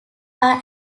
are